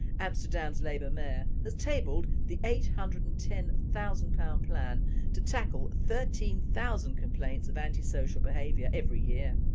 amsterdam's labour mayor, has tabled the eight hundred and ten thousand pounds plan to tackle thirteen thousand complaints of anti-social behaviour every year.